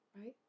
right